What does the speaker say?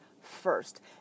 first